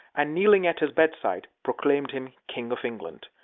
and, kneeling at his bedside, proclaimed him king of england.